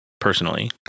Personally